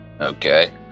Okay